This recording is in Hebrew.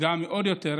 עוד יותר,